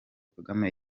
kagame